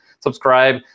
Subscribe